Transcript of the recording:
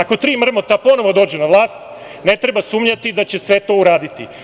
Ako tri mrmota ponovo dođu na vlast, ne treba sumnjati da će sve to uraditi.